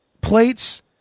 plates